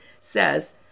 says